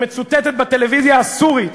שמצוטטת בטלוויזיה הסורית